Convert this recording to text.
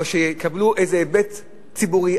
יקבלו איזה היבט ציבורי,